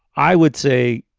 i would say,